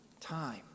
time